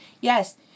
Yes